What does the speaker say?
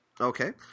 Okay